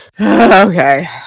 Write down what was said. Okay